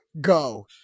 go